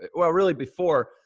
well really before,